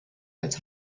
als